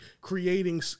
creating